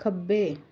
ਖੱਬੇ